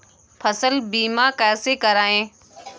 फसल बीमा कैसे कराएँ?